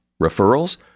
Referrals